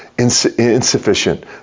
insufficient